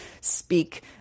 speak